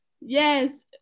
Yes